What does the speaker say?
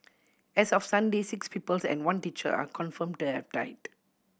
as of Sunday six pupils and one teacher are confirmed to have died